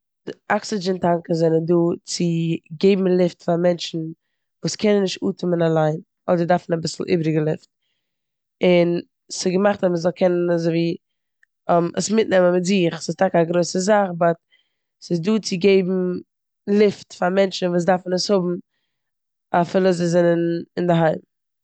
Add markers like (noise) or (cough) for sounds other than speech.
די אקסידשען טאנקען זענען דא צו געבן לופט פאר מענטשן וואס קענען נישט אטעמען אליין אדער דארפן אביסל איבעריגע לופט און ס'געמאכט אז מ'זאל קענען אזויווי (hesitation) עס מיטנעמען מיט זיך. ס'איז טאקע א גרויסע זאך באט ס'איז דא צו געבן לופט פאר מענטשן וואס דארפן עס האבן אפילו זיי זענען אינדערהיים.